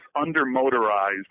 under-motorized